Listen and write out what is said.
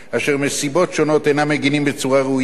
אשר מסיבות שונות אינם מגינים בצורה ראויה על